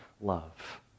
love